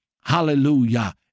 Hallelujah